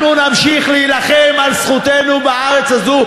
אנחנו נמשיך להילחם על זכותנו בארץ הזו,